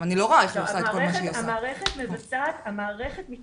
אני לא רואה איך היא עושה את כל מה שהיא עושה.